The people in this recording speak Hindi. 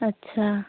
अच्छा